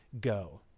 go